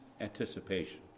anticipation